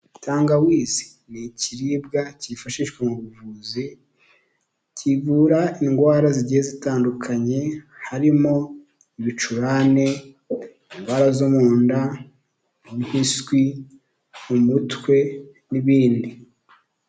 Tangawizi ni ikiribwa cyifashishwa mu buvuzi, kivura indwara zigiye zitandukanye harimo ibicurane, indwara zo mu nda impiswi umutwe n'ibindi.